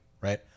right